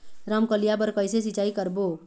रमकलिया बर कइसे सिचाई करबो?